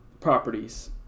properties